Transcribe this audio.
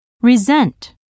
Resent